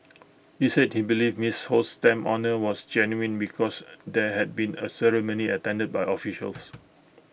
he said he believed miss Ho's stamp honour was genuine because there had been A ceremony attended by officials